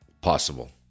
possible